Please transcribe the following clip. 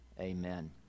amen